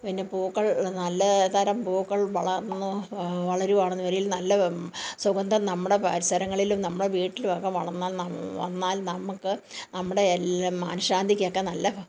പിന്നെ പൂക്കൾ നല്ല തരം പൂക്കൾ വളർന്നു വളരുകയാണെങ്കിൽ നല്ല സുഗന്ധം നമ്മുടെ പരിസരങ്ങളിലും നമ്മളുടെ വീട്ടിലും ഒക്കെ വളർന്നാൽ വന്നാൽ നമുക്ക് നമ്മുടെ എല്ലാ മനശാന്തിക്കൊക്കെ നല്ല